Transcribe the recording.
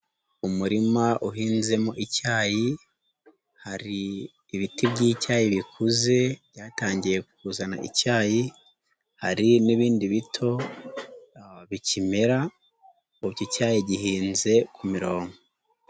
Umurima uhinzemo icyayi, hari ibiti by'icyayi bikuze, byatangiye kuzana icyayi, hari n'ibindi bito, bikimera, iki cyayi gihinze ku mirongo.